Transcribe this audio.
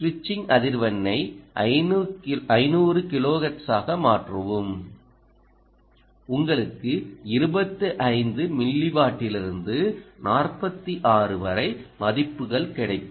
சுவிட்சிங் அதிர்வெண்ணை 500 கிலோஹெர்ட்ஸாக மாற்றவும் உங்களுக்கு 25 மில்லிவாட்டிலிருந்து 46 வரை மதிப்புகள் கிடைக்கும்